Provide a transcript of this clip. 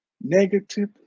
negative